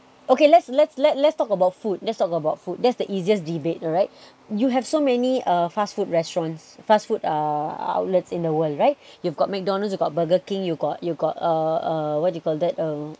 okay let's let's let's let's talk about food let's talk about food that's the easiest debate right you have so many uh fast food restaurants fast food uh outlets in the world right you've got McDonald's you've got burger king you've got you've got uh uh what do you call that uh